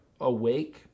awake